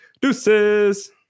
Deuces